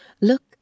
Look